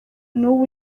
n’ubu